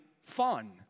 fun